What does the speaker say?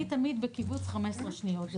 אני תמיד בקיבוץ 15 שניות.